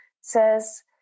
says